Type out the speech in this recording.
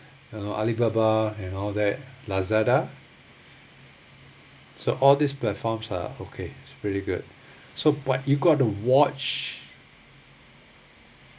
you know alibaba and all that lazada so all these platforms are okay it's really good so but you got to watch